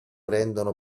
rendono